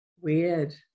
weird